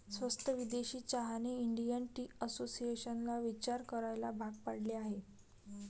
स्वस्त विदेशी चहाने इंडियन टी असोसिएशनला विचार करायला भाग पाडले आहे